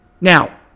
Now